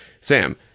Sam